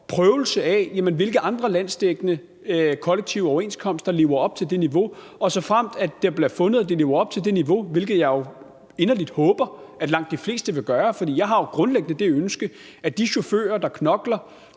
prøvelse af, hvilke andre landsdækkende kollektive overenskomster der lever op til det niveau. Og så kan det blive fundet, at de lever op til det niveau. Jeg håber inderligt, at langt de fleste vil gøre det, for jeg har jo grundlæggende det ønske, at de chauffører, der knokler